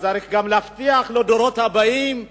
אבל צריך גם להבטיח לדורות הבאים,